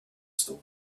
story